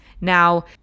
Now